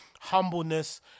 humbleness